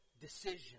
decision